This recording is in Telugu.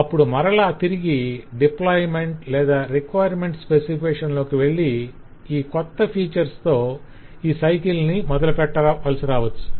అప్పుడు మరల తిరిగి డిప్లాయిమెంట్ లేదా రిక్వైర్మెంట్స్ స్పెసిఫికేషన్ లోకి వెళ్ళి ఈ కొత్త ఫీచర్స్ తో ఈ సైకిల్ ను మొదలుపెట్టవలసిరావచ్చు